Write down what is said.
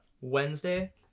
Wednesday